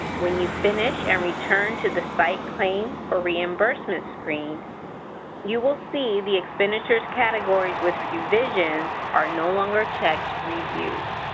when you finish and return to the site claim for reimbursement screen you will see the expenditure categories with revisions are no longer checked reviewed